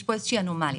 יש כאן איזושהי אנומליה.